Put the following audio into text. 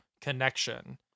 connection